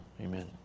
amen